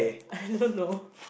I don't know